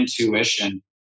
intuition